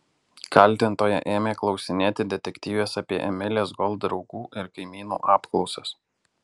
kaltintoja ėmė klausinėti detektyvės apie emilės gold draugų ir kaimynų apklausas